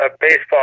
baseball